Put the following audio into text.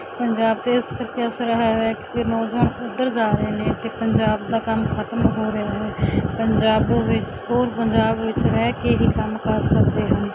ਪੰਜਾਬ 'ਤੇ ਇਸ ਕਰਕੇ ਅਸਰ ਹੋਇਆ ਹੋਇਆ ਕਿਉਂਕਿ ਨੌਜਵਾਨ ਉੱਧਰ ਜਾ ਰਹੇ ਨੇ ਅਤੇ ਪੰਜਾਬ ਦਾ ਕੰਮ ਖਤਮ ਹੋ ਰਿਹਾ ਹੈ ਪੰਜਾਬ ਵਿੱਚ ਉਹ ਪੰਜਾਬ ਵਿੱਚ ਰਹਿ ਕੇ ਹੀ ਕੰਮ ਕਰ ਸਕਦੇ ਹਨ